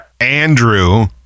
Andrew